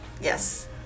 Yes